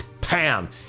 Pam